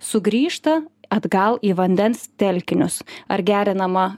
sugrįžta atgal į vandens telkinius ar gerinama